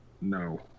No